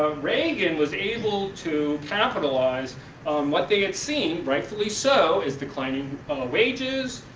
ah reagan was able to capitalize what they had seen, rightfully so, is declining wages,